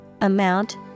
amount